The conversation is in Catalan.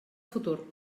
futur